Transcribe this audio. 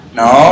no